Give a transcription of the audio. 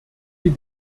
sie